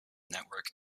network